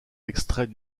extrait